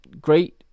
great